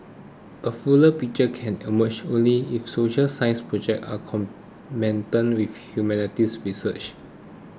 a fuller picture can emerge only if social science projects are complemented with humanities research